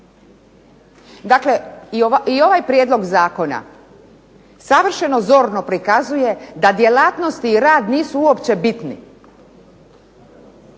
Dakle, i ovaj prijedlog zakona savršeno zorno prikazuje da djelatnost i rad nisu uopće bitni,